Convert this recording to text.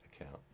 account